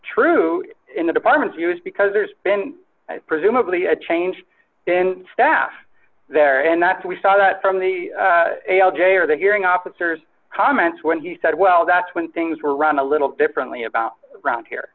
true in the departments use because there's been presumably a change in staff there and that we saw that from the l j or the hearing officers comments when he said well that's when things were run a little differently about round here